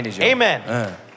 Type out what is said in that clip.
Amen